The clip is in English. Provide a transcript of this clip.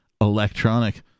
electronic